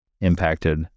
impacted